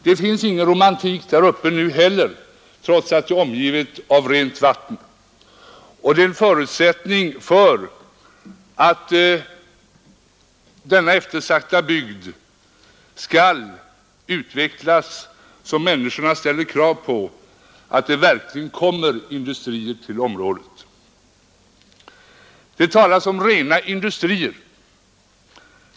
Det finns ingen romantik i det området nu heller, trots att det är omgivet av rent vatten. För att denna eftersatta bygd skall utvecklas så som människorna kräver är det en förutsättning att det verkligen kommer industrier till dem. 65 Det talas om rena industrier.